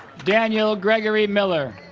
daniel gregory miller